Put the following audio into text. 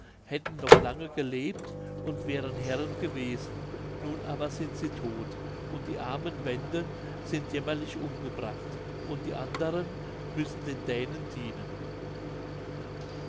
hätten noch lange gelebt und wären herren gewesen nun aber sind sie todt und die armen wenden sind jämmerlich umgebracht und die anderen müssen den dänen dienen